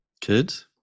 Kids